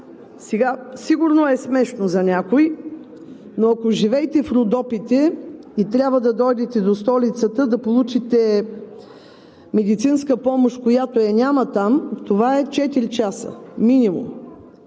Сигурно е смешно за някои, но ако живеете в Родопите и трябва да дойдете до столицата да получите медицинска помощ, която я няма там, това са четири часа минимум.